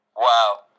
Wow